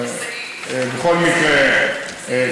בכל מקרה,